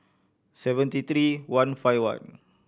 seventy three one five one